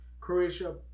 Croatia